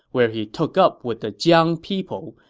where he took up with the jiang people,